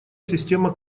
система